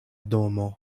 domo